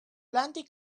plenty